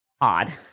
odd